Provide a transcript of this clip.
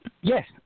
Yes